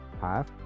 half